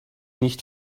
nicht